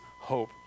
hope